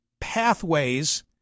Pathways